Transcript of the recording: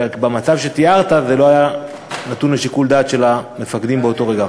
רק במצב שתיארת זה לא היה נתון לשיקול דעת של המפקדים באותו רגע.